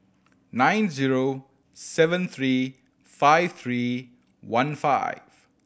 nine zero seven three five three one five